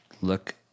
look